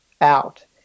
out